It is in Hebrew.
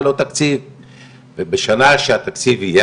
בשנה שהתקציב יהיה,